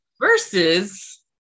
versus